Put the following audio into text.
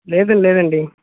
లేదు లేదండి